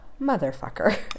motherfucker